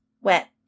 wet